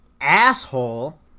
asshole